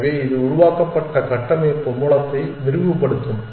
எனவே இது உருவாக்கப்பட்ட கட்டமைப்பு மூலத்தை விரிவுபடுத்தும்